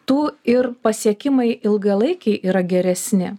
tų ir pasiekimai ilgalaikiai yra geresni